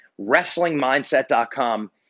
wrestlingmindset.com